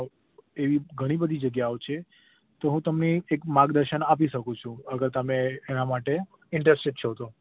એવી ઘણી બધી જગ્યાઓ છે તો હું તમને એક માર્ગદર્શન આપી શકું છું અગર તમે એનાં માટે ઈન્ટ્રેસ્ટેડ છો તો